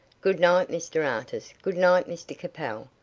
good-night, mr artis. good-night, mr capel.